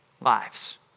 lives